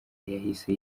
yahise